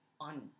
on